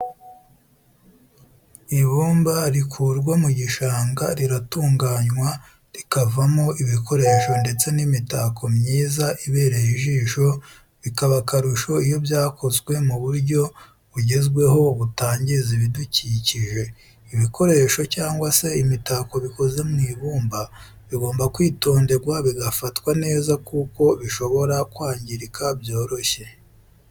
Ibumba rikurwa mu gishanga riratunganywa rikavamo ibikoresho ndetse n'imitako myiza ibereye ijisho bikaba akarusho iyo byakozwe mu buryo bugezweho butangiza ibidukikije. ibikoresho cyangwa se imitako bikozwe mu ibumba bigomba kwitonderwa bigafatwa neza kuko bishobora kwangirika byoroshye.